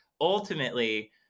ultimately